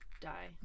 die